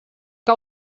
que